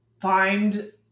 find